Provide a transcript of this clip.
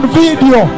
video